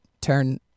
turn